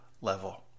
level